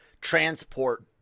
transport